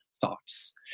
thoughts